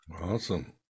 Awesome